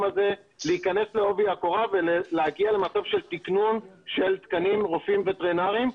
הזה ולהגיע למצב של תקנון תקנים לרופאים וטרינרים,